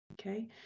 okay